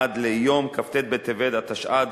עד ליום כ"ט בטבת התשע"ד,